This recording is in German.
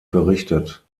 berichtet